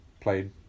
played